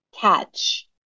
catch